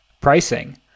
pricing